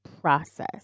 process